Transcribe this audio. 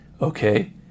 Okay